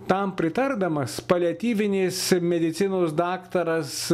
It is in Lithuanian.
tam pritardamas paliatyvinės medicinos daktaras